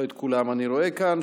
לא את כולם אני רואה כאן.